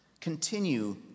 continue